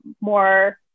more